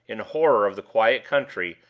in horror of the quiet country,